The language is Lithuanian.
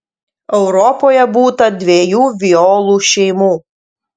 europoje būta dviejų violų šeimų